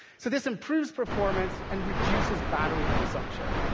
so this improves performance and reduces battery consumption.